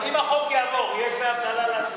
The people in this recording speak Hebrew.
אם החוק יעבור, יהיו דמי אבטלה לעצמאים?